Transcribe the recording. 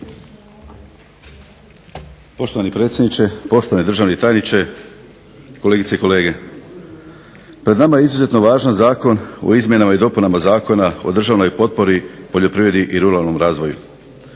Poštovani predsjedniče, poštovani državni tajniče, kolegice i kolege. Pred nama je izuzetno važan Zakon o izmjenama i dopunama Zakona o državnoj potpori, poljoprivredi i ruralnom razvoju.